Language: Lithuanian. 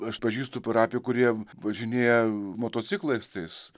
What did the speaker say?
aš pažįstu parapijų kurie važinėja motociklais tais